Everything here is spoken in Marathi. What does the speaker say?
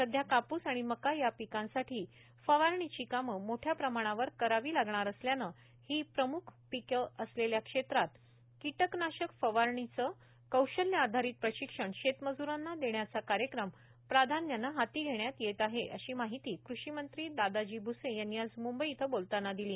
सध्या कापूस आणि मका या पिकांसाठी फवारणीची कामे मोठ्या प्रमाणावर करावी लागणार असल्याने ही प्रमुख पिके असलेल्या क्षेत्रात किटकनाशक फवारणीचे कौशल्य आधारित प्रशिक्षण शेतमज्रांना देण्याचा कार्यक्रम प्राधान्याने हाती घेण्यात येत आहे अशी माहिती कृषीमंत्री दादाजी भूसे यांनी आज मुंबई इथ बोलताना दिली